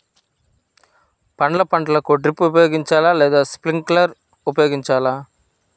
పండ్ల పంటలకు డ్రిప్ ఉపయోగించాలా లేదా స్ప్రింక్లర్ ఉపయోగించాలా?